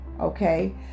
okay